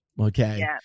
Okay